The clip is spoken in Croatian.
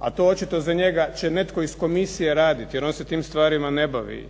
a to očito za njega će netko iz komisije raditi jer on se tim stvarima ne bavi i